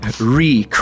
Re